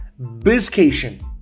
bizcation